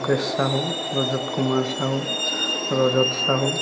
Mukesh Sahu Rajat Kumar Sahu Rajat Sahu